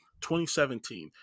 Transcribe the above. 2017